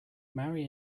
marry